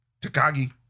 Takagi